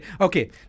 okay